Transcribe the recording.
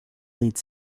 league